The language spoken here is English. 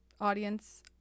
audience